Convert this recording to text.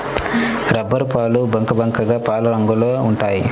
రబ్బరుపాలు బంకబంకగా పాలరంగులో ఉంటాయి